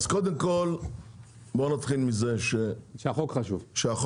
אז קודם כל בואו נתחיל מזה שהחוק הזה,